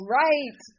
right